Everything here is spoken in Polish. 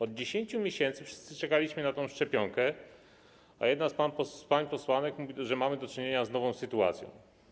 Od 10 miesięcy wszyscy czekaliśmy na szczepionkę, a jedna z pań posłanek mówi, że mamy do czynienia z nową sytuacją.